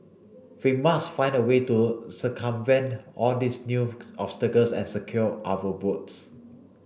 we must find a way to circumvent all these new obstacles and secure our votes